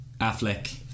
Affleck